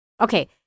Okay